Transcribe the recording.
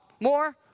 more